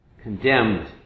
condemned